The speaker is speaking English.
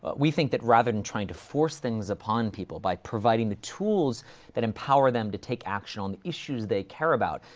but we think that, rather than trying to force things upon people, by providing the tools that empower them to take action on the issues they care about,